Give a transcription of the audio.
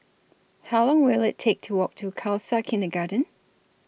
How Long Will IT Take to Walk to Khalsa Kindergarten